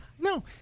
No